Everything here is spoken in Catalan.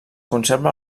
conserva